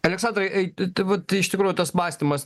aleksandrai ei tai vat iš tikrųjų va tas mąstymas